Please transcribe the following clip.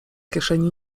kieszeni